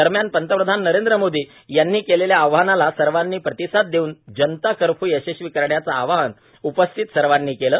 दरम्यान पंतप्रधान नरेंद्र मोदी यांनी केलेल्या आव्हानाला सर्वांनी प्रतिसाद देऊन जनता कर्फ्यू यशस्वी करण्याचं आवाहाण उपस्थित सर्वांनी केलं